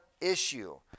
issue